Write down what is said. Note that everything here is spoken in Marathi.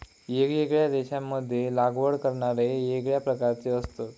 येगयेगळ्या देशांमध्ये लागवड करणारे येगळ्या प्रकारचे असतत